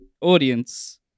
audience